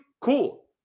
cool